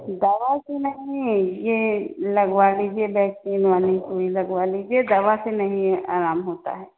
दवा से नहीं ये लगवा लीजिए वैक्सीन वाली सुई लगवा लीजिए दवा से नहीं आराम होता है